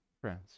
friends